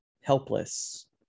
helpless